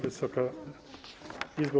Wysoka Izbo!